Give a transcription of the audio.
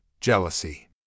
jealousy